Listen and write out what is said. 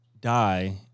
die